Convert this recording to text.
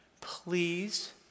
Please